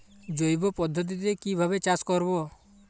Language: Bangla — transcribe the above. জৈব পদ্ধতিতে কিভাবে চাষ করব?